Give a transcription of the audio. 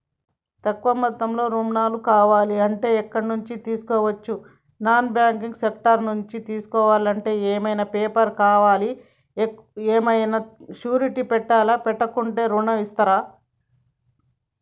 తక్కువ మొత్తంలో ఋణం కావాలి అంటే ఎక్కడి నుంచి తీసుకోవచ్చు? నాన్ బ్యాంకింగ్ సెక్టార్ నుంచి తీసుకోవాలంటే ఏమి పేపర్ లు కావాలి? ఏమన్నా షూరిటీ పెట్టాలా? పెట్టకుండా ఋణం ఇస్తరా?